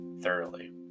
thoroughly